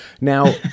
Now